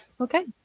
okay